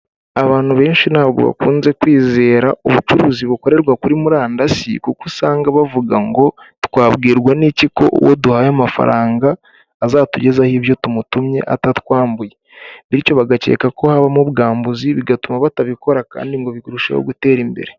Abantu benshi ntabwo bakunze kwizera ubucuruzi bukorerwa kuri murandasi kuko usanga bavuga ngo twabwirwa n'iki ko uwo duhaye amafaranga azatugezaho ibyo tumutumye atatwambuye bityo bagakeka ko habamo ubwambuzi, bigatuma batabikora kandi ngo birusheho gutera imbere.